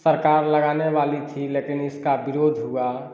सरकार लगाने वाली थी लेकिन इसका विरोध हुआ